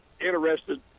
interested